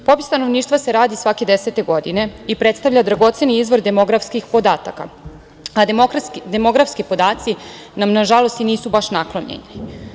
Popis stanovništva se radi svake desete godine i predstavlja dragoceni izvor demografskih podataka, a demografski podaci nam nažalost i nisu baš naklonjeni.